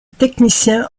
technicien